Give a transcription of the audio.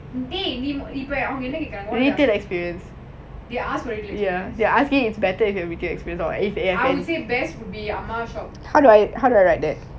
I would say best would be ah ma shop